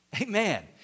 Amen